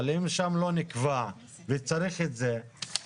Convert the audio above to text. אבל אם שם לא נקבע וצריך את זה,